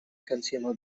consumer